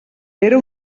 era